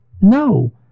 No